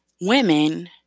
women